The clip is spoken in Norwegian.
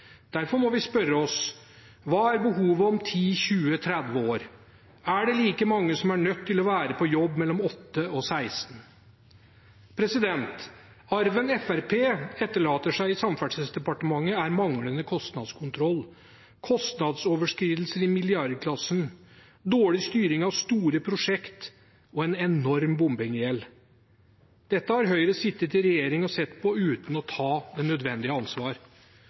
Derfor må vi spørre oss: Hva er behovet om 10, 20 og 30 år? Er det da like mange som er nødt til å være på jobb mellom kl. 8 og kl. 16? Arven Fremskrittspartiet etterlater seg i Samferdselsdepartementet, er manglende kostnadskontroll – kostnadsoverskridelser i milliardklassen, dårlig styring av store prosjekter og en enorm bompengegjeld. Dette har Høyre sittet i regjering og sett på uten å ta det nødvendige ansvar.